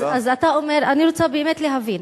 אני רוצה באמת להבין,